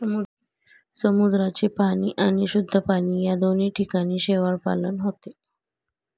समुद्राचे पाणी आणि शुद्ध पाणी या दोन्ही ठिकाणी शेवाळपालन होते